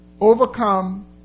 overcome